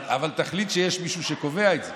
אבל תחליט שיש מישהו שקובע את זה.